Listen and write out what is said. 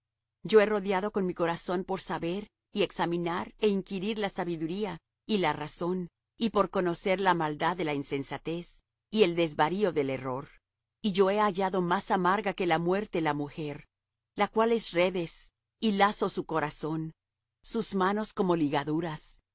yo he rodeado con mi corazón por saber y examinar é inquirir la sabiduría y la razón y por conocer la maldad de la insensatez y el desvarío del error y yo he hallado más amarga que la muerte la mujer la cual es redes y lazos su corazón sus manos como ligaduras